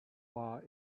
are